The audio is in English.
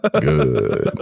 Good